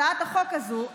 הצעת החוק הזו,